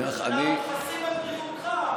אנחנו חסים על בריאותך,